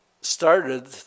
started